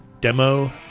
demo